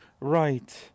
right